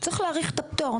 צריך להאריך את הפטור,